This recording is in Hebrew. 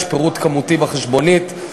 יש פירוט כמותי בחשבונית,